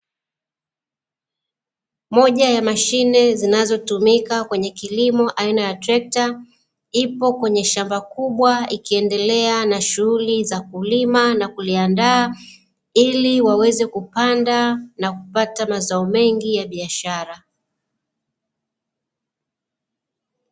Moja ya mshine zinazotumika kwenye kilimo aina ya trekta, ipo kwenye shamba kubwa, ikiendelea na shughuli za kulima na kuliandaa ili waweze kupanda na kupata mazao mengi ya biashara.